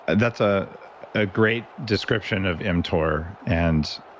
and that's ah a great description of mtor. and